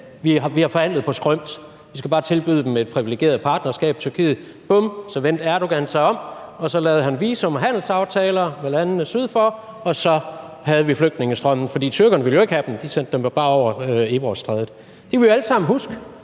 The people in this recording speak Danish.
vi havde forhandlet på skrømt, at vi bare skulle tilbyde Tyrkiet et privilegeret partnerskab – bum, så vendte Erdogan sig om, og så lavede han visum- og handelsaftaler med landene sydfor, og så havde vi flygtningestrømmene. For tyrkerne ville jo ikke have dem; de sendte dem jo bare over Evrosstrædet. Det kan vi jo alle sammen huske.